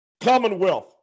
Commonwealth